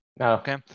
Okay